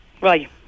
Right